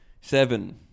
Seven